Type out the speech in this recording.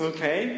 Okay